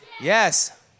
yes